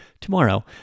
tomorrow